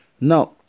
Now